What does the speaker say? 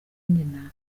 nyina